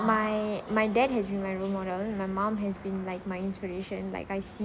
my my dad has been my role model my mom has been like my inspiration like I see